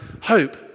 hope